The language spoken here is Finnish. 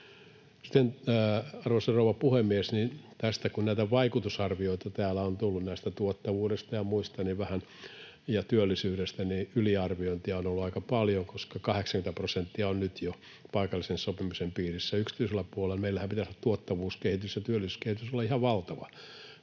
Arvoisa rouva puhemies! Sitten tästä, kun näitä vaikutusarvioita täällä on tullut tuottavuudesta ja työllisyydestä ja muista, niin yliarviointia on ollut aika paljon, koska 80 prosenttia on nyt jo paikallisen sopimisen piirissä yksityisellä puolella. Meillähän pitäisi tuottavuuskehityksen ja työllisyyskehityksen olla ihan valtava,